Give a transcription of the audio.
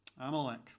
Amalek